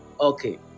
Okay